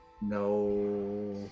No